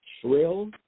shrill